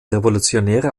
revolutionäre